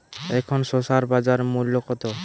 এখন শসার বাজার মূল্য কত?